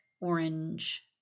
orange